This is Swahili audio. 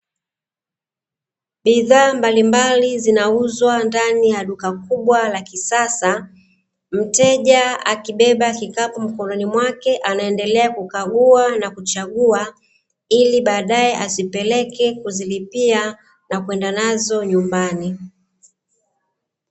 Bidhaa mbalimbali zinauzwa ndani ya duka kubwa la kisasa, mteja akibeba kikapu mikononi mwake anaendelea kukagua na kuchagua ili baadae asipeleke kuzilipia na kwenda nazo nyumbani.